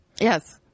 Yes